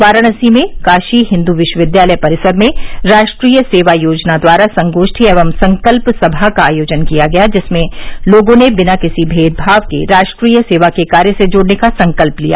वाराणसी में काशी हिन्दू विश्वविद्यालय परिसर में राष्ट्रीय सेवा योजना द्वारा संगोष्ठी एवं संकल्प सभा का आयोजन किया गया जिसमें लोगों ने बिना किसी मेदभाव के राष्ट्रीय सेवा के कार्य से जुड़ने का संकल्प लिया